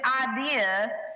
idea